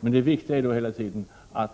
Men det viktiga är att